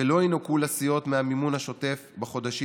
ולא ינכו לסיעות מהמימון השוטף בחודשים